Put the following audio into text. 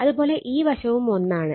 അത് പോലെ ഈ വശവും 1 ആണ്